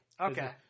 Okay